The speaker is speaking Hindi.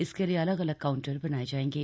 इसके लिए अलग अगल काउंटर बनाये जाएंगे